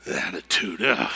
attitude